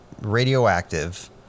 radioactive